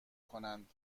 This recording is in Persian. کنند